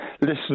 listen